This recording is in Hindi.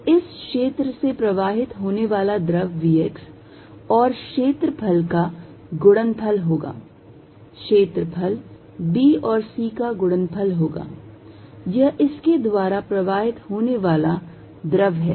तो इस क्षेत्र से प्रवाहित होने वाला द्रव vx और क्षेत्रफल का गुणनफल होगा क्षेत्रफल b और c का गुणनफल होगा यह इसके द्वारा प्रवाहित होने वाला द्रव है